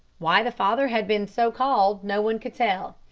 why the father had been so called no one could tell.